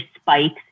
spikes